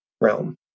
realm